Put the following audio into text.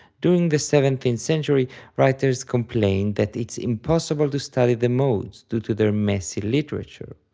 during the seventeenth century writers complained that it's impossible to study the modes due to their messy literature.